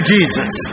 Jesus